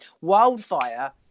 wildfire